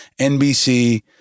NBC